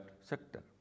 sector